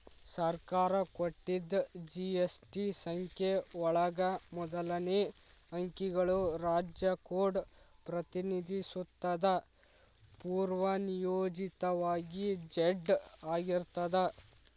ಸರ್ಕಾರ ಕೊಟ್ಟಿದ್ ಜಿ.ಎಸ್.ಟಿ ಸಂಖ್ಯೆ ಒಳಗ ಮೊದಲನೇ ಅಂಕಿಗಳು ರಾಜ್ಯ ಕೋಡ್ ಪ್ರತಿನಿಧಿಸುತ್ತದ ಪೂರ್ವನಿಯೋಜಿತವಾಗಿ ಝೆಡ್ ಆಗಿರ್ತದ